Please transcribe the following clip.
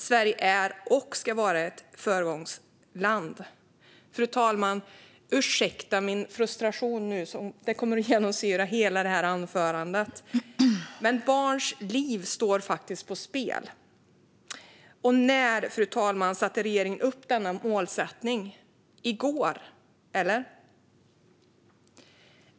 Sverige är och ska vara ett föregångsland." Fru talman! Ursäkta min frustration! Den kommer att genomsyra hela detta anförande. Men barns liv står faktiskt på spel. När, fru talman, satte regeringen upp denna målsättning? I går, eller?